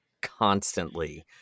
constantly